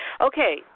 Okay